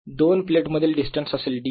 दोन प्लेट मधील डिस्टन्स असेल d